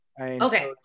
okay